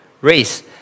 Race